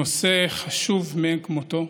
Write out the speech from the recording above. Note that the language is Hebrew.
נושא חשוב מאין כמותו.